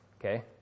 okay